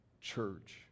church